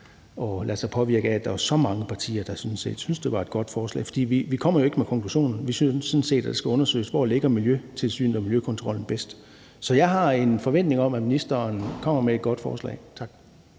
man lader sig påvirke af, at der var så mange partier, der syntes, at det var et godt forslag. Vi kommer jo ikke med konklusionerne, for vi synes sådan set, at det skal undersøges, hvor Miljøtilsynet og Miljøkontrollen ligger bedst. Så jeg har en forventning om, at ministeren kommer med et godt forslag. Tak.